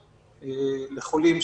הבדיקות.